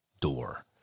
door